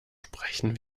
sprechen